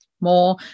more